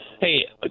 hey